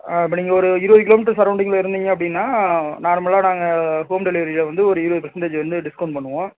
இப்போ நீங்கள் ஒரு இருபது கிலோமீட்டர் சரௌண்டிங்கில இருந்தீங்க அப்படினா நார்மலாக நாங்கள் ஹோம் டெலிவரியில வந்து ஒரு இருபது பர்சன்டேஜ் வந்து டிஸ்கௌண்ட் பண்ணுவோம்